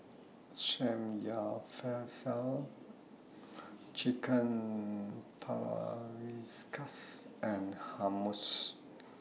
Samgyeopsal Chicken Paprikas and Hummus